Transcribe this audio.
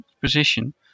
position